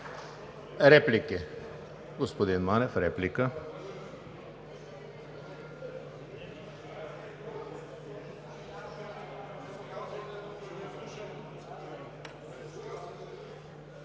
Реплики? Господин Манев – реплика.